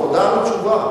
תודה על התשובה.